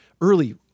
early